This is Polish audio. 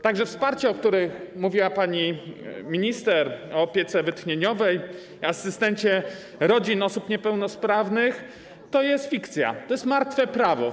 Także wsparcie, o którym mówiła pani minister, o opiece wytchnieniowej, asystencie rodzin osób niepełnosprawnych, to jest fikcja, to jest martwe prawo.